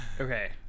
okay